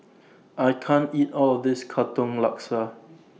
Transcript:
I can't eat All of This Katong Laksa